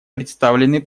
представленный